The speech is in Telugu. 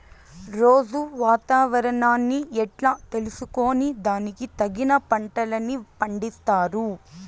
రోజూ వాతావరణాన్ని ఎట్లా తెలుసుకొని దానికి తగిన పంటలని పండిస్తారు?